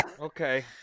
Okay